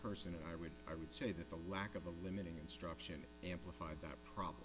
person and i would i would say that the lack of a limiting instruction amplify that prob